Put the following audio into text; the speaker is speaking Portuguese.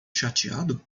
chateado